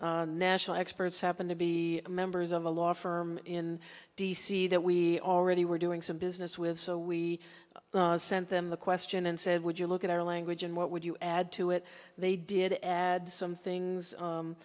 national experts happened to be members of a law firm in d c that we already were doing some business with so we sent them the question and said would you look at our language and what would you add to it they did add some things